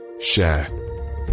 share